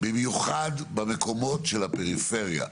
במיוחד במקומות של פריפריה.